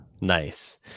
Nice